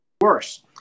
worse